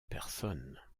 personnes